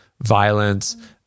violence